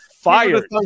fired